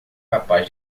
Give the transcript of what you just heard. capaz